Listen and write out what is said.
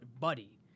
Buddy